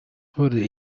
würde